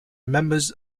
members